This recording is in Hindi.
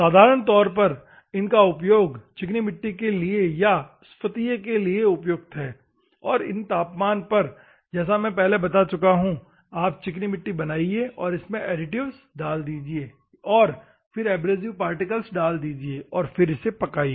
साधारण तौर पर इसका उपयोग चिकनी मिट्टी के लिए या स्फतीय के लिए उपयुक्त है और इस तापमान पर जैसा मैं पहले बता चुका हूं आप चिकनी मिट्टी बनाइये और इसमें एडिटिव्स डाल दीजिए और फिर एब्रेसिव पार्टिकल डाल दीजिए और फिर पकाइये